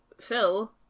Phil